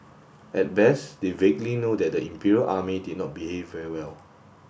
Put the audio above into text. at best they vaguely know that the Imperial Army did not behave very well